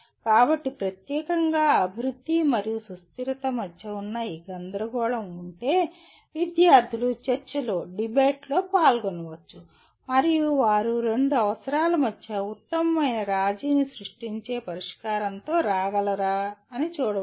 కాబట్టి ప్రత్యేకంగా అభివృద్ధి మరియు సుస్థిరత మధ్య ఉన్న ఈ గందరగోళం ఉంటే విద్యార్థులు చర్చలోడిబేట్ పాల్గొనవచ్చు మరియు వారు రెండు అవసరాల మధ్య ఉత్తమమైన రాజీని సృష్టించే పరిష్కారంతో రాగలరా అని చూడవచ్చు